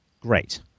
Great